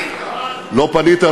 לא פינית,